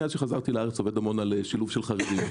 מאז שחזרתי לארץ אני עובד הרבה על שילוב של חרדים,